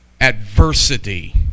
adversity